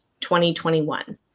2021